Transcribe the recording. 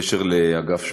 על אגף 8?